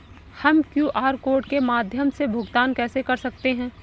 हम QR code के माध्यम से भुगतान कैसे कर सकते हैं?